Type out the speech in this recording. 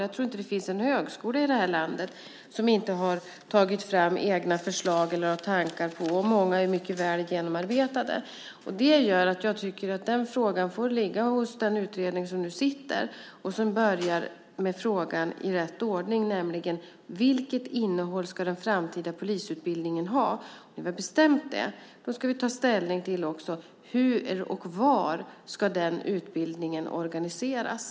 Jag tror inte att det finns någon högskola i det här landet som inte har tagit fram egna förslag, och många är mycket väl genomarbetade. Det gör att jag tycker att frågan får ligga hos den utredning som nu sitter, som tar frågorna i rätt ordning och börjar med vilket innehåll den framtida polisutbildningen ska ha. När vi har bestämt det ska vi också ta ställning till hur och var utbildningen ska organiseras.